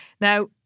now